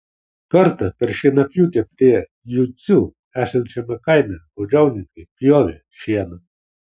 kartą per šienapjūtę prie jucių esančiame kaime baudžiauninkai pjovė šieną